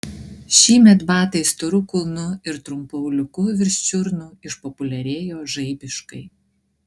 šįmet batai storu kulnu ir trumpu auliuku virš čiurnų išpopuliarėjo žaibiškai